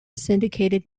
syndicated